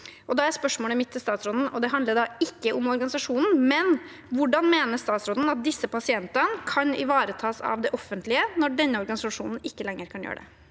Da er spørsmålet mitt til statsråden – og det handler ikke om organisasjonen: Hvordan mener statsråden at disse pasientene kan ivaretas av det offentlige, når denne organisasjonen ikke lenger kan gjøre det?